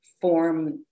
form